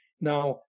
Now